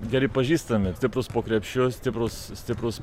geri pažįstami stiprūs po krepšiu stiprūs stiprūs